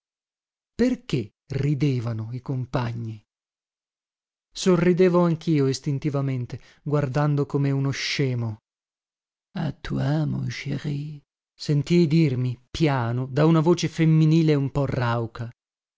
perché ridevano i compagni sorridevo anchio istintivamente guardando come uno scemo a toi mon chéri sentii dirmi piano da una voce femminile un po rauca